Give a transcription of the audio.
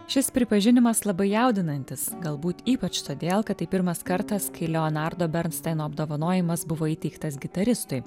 šis pripažinimas labai jaudinantis galbūt ypač todėl kad tai pirmas kartas kai leonardo bernstaino apdovanojimas buvo įteiktas gitaristui